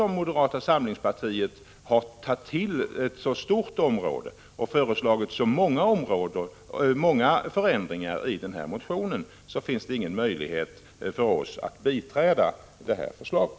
Moderata samlingspartiet har emellertid i denna motion tagit upp ett så stort område och föreslagit så många förändringar att det inte finns någon möjlighet för oss att biträda förslaget.